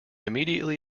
immediately